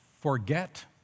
forget